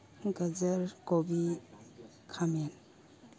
ꯒꯖꯔ ꯀꯣꯕꯤ ꯈꯥꯃꯦꯟ